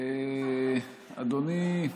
אדוני,